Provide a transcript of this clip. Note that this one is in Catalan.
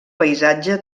paisatge